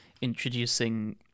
introducing